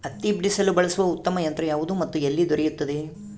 ಹತ್ತಿ ಬಿಡಿಸಲು ಬಳಸುವ ಉತ್ತಮ ಯಂತ್ರ ಯಾವುದು ಮತ್ತು ಎಲ್ಲಿ ದೊರೆಯುತ್ತದೆ?